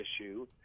issue